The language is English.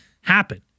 happen